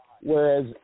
Whereas